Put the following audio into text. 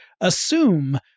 assume